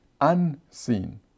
unseen